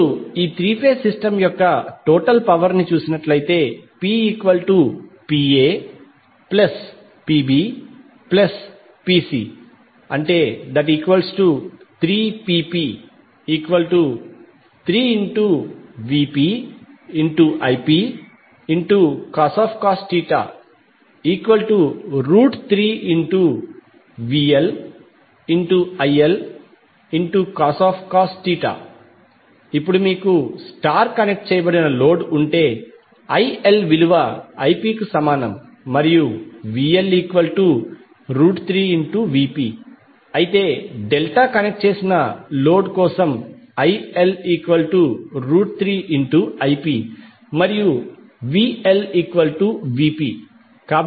ఇప్పుడు ఈ three phase system యొక్క టోటల్ పవర్ PPaPbPc3Pp3VpIpcos 3VLILcos ఇప్పుడు మీకు స్టార్ కనెక్ట్ చేయబడిన లోడ్ ఉంటేILIp మరియు VL3Vp అయితే డెల్టా కనెక్ట్ చేసిన లోడ్ కోసం IL3Ip మరియుVLVp